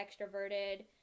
extroverted